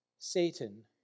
Satan